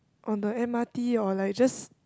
on the M_R_T or like just